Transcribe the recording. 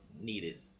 needed